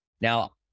Now